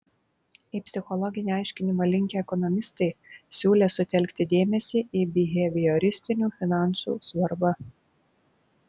į psichologinį aiškinimą linkę ekonomistai siūlė sutelkti dėmesį į bihevioristinių finansų svarbą